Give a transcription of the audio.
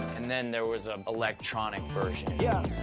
and then there was a electronic version. ya